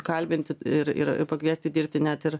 kalbinti ir ir pakviesti dirbti net ir